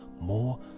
more